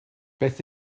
beth